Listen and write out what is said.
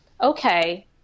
okay